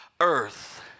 earth